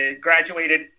graduated